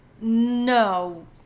No